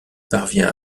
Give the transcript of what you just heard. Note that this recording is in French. parvient